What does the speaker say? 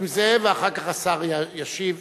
נסים זאב, ואחר כך השר ישיב.